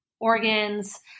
organs